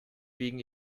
wegen